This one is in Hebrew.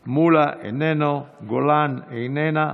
מולא, איננו, גולן, איננה.